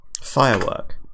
Firework